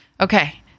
Okay